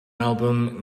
album